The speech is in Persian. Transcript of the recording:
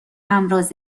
امراض